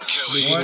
Kelly